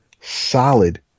solid